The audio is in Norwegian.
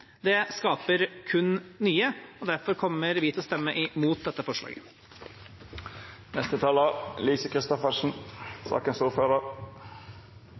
skaper kun nye, og derfor kommer vi til å stemme imot dette forslaget.